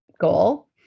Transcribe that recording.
goal